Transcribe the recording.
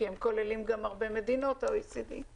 כי הם כוללים גם הרבה מדינות כמובן,